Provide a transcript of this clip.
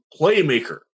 playmaker